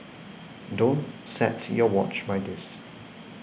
don't set your watch by this